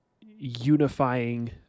unifying